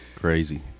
Crazy